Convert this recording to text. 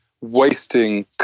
wasting